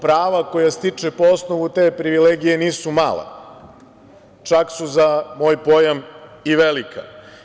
Prava, koja stiče po osnovu te privilegije nisu mala, čak su za moj pojam i velika.